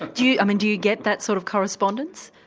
do um and do you get that sort of correspondence?